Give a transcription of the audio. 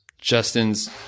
Justin's